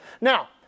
Now